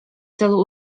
celu